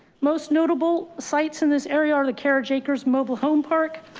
most notable sites in this area are the caretakers mobile home park.